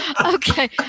Okay